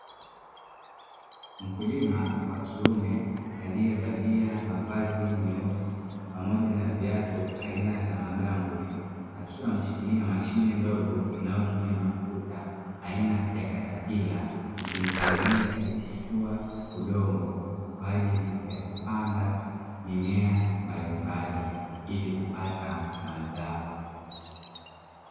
Mkulima wa kiume aliyevalia mavazi myeusi pamoja na viatu aina ya magambuti, akiwa ameshikilia mashine ndogo inayotumia mafuta aina ya katapila, ikimsaidia kutifua udongo kwa ajili ya kupanda mimea mbalimbali ili kupata mazao.